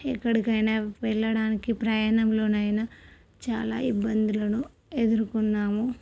ఎక్కడికి అయిన వెళ్ళడానికి ప్రయాణంలో అయిన చాలా ఇబ్బందులను ఎదురుకున్నాము